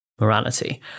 morality